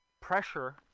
pressure